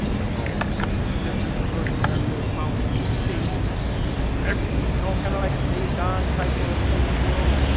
ah you know different traversal areas mountains cities everything, you know kind of like a days gone type of open world,